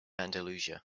andalusia